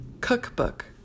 cookbook